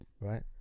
right